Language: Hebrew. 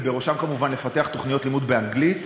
ובראשן כמובן לפתח תוכניות לימוד באנגלית.